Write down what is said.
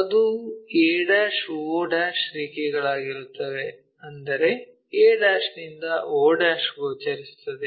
ಅದು ao ರೇಖೆಗಳಾಗಿರುತ್ತದೆ ಅಂದರೆ a ನಿಂದ o ಗೋಚರಿಸುತ್ತದೆ